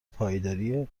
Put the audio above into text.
پایداری